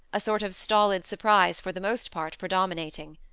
a sort of stolid surprise for the most part predominating.